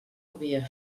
havia